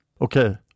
Okay